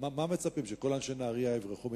למה מצפים, שכל אנשי נהרייה יברחו מנהרייה?